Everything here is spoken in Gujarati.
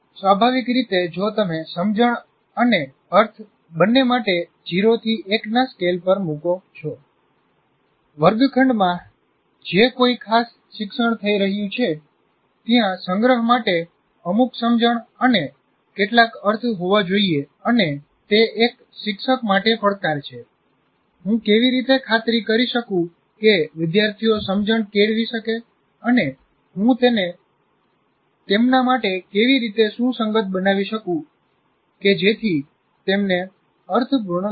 સ્વભાવિક રીતે જો તમે સમજણ અને અર્થ બંને માટે 0 થી 1 ના સ્કેલ પર મુકો છો વર્ગખંડમાં જે કોઈ ખાસ શિક્ષણ થઈ રહ્યું છે ત્યાં સંગ્રહ માટે અમુક સમજણ અને કેટલાક અર્થ હોવા જોઈએ અને તે એક શિક્ષક માટે પડકાર છે હું કેવી રીતે ખાતરી કરી શકું કે વિદ્યાર્થીઓ સમજણ કેળવી શકે અને હું તેને તેમના માટે કેવી રીતે સુસંગત બનાવી શકું કે જેથી તેમને અર્થપૂર્ણ લાગે